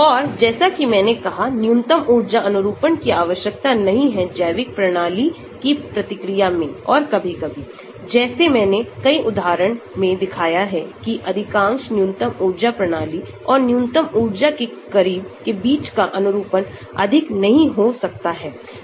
और जैसा कि मैंने कहा न्यूनतम ऊर्जा अनुरूपण की आवश्यकता नहीं है जैविक प्रणाली की प्रतिक्रिया में और कभी कभी जैसे मैंने कई उदाहरण मैं दिखाया है कि अधिकांश न्यूनतम ऊर्जा प्रणाली और न्यूनतम ऊर्जा के करीब के बीच का अनुरूपण अधिक नहीं हो सकता है